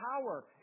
power